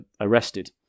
arrested